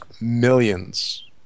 millions